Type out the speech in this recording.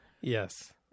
Yes